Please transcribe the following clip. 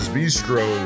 Bistro